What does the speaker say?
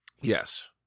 Yes